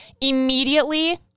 Immediately